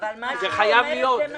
זה חייב להיות.